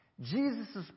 Jesus